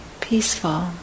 peaceful